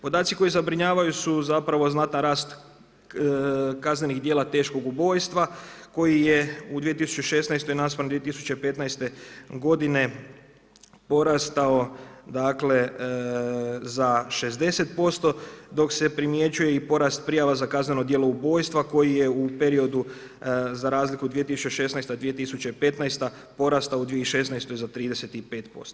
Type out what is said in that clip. Podaci koji zabrinjavaju su zapravo znatan rast kaznenih djela teškog ubojstva koji je u 2016. naspram 2015. godine porastao za 60%, dok se primjećuje i porast prijava za kazneno djelo ubojstva koji je u periodu za razliku 2016. 2015. porastao u 2016. za 35%